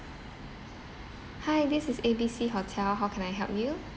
hi this is A B C hotel how can I help you